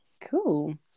cool